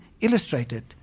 illustrated